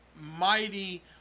mighty